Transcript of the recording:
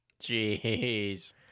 Jeez